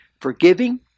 forgiving